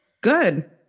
Good